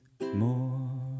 more